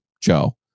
Joe